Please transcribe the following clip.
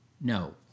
No